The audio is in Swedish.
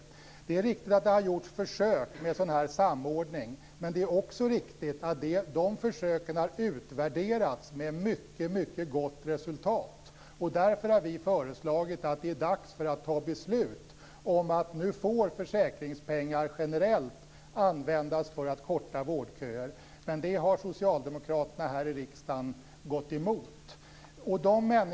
Det är riktigt att det har gjorts försök med en sådan här samordning. Men det är också riktigt att dessa försök har utvärderats med mycket gott resultat. Därför har vi föreslagit att det är dags att fatta beslut om att försäkringspengar generellt nu skall få användas för att korta vårdköer. Men det har Socialdemokraterna här i riksdagen gått emot.